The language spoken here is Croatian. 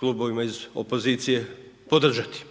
klubovima iz opozicije, podržati